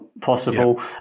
possible